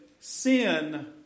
sin